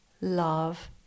love